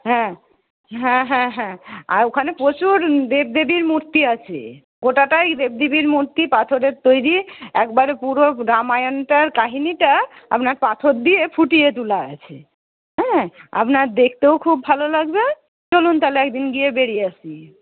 হ্যাঁ হ্যাঁ হ্যাঁ হ্যাঁ আর ওখানে প্রচুর দেবদেবীর মূর্তি আছে গোটাটাই দেবদেবীর মূর্তি পাথরের তৈরি একবারে পুরো রামায়ণটার কাহিনিটা আপনার পাথর দিয়ে ফুটিয়ে তোলা আছে হ্যাঁ আপনার দেখতেও খুব ভালো লাগবে চলুন তাহলে একদিন গিয়ে বেড়িয়ে আসি